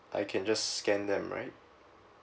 I can just scan them right